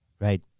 Right